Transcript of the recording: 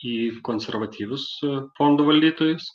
į konservatyvius fondų valdytojus